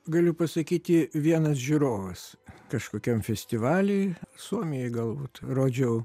galiu pasakyti vienas žiūrovas kažkokiam festivaly suomijoj galbūt rodžiau